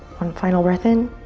one final breath in.